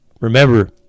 remember